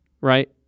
right